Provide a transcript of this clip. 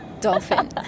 dolphin